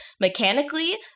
Mechanically